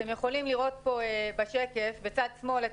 אתם יכולים לראות בשקף בצד שמאל את